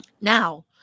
now